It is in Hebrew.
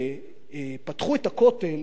כשפתחו את הכותל